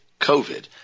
COVID